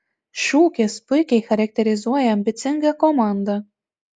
šūkis puikiai charakterizuoja ambicingą komandą